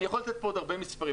אני יכול לתת פה עוד הרבה מספרים,